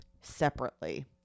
separately